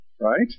Right